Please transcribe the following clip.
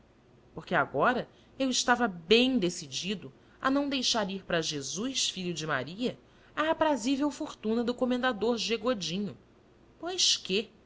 porque agora eu estava bem decidido a não deixar ir para jesus filho de maria a aprazível fortuna do comendador g godinho pois quê